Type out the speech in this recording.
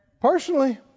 Personally